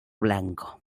blanco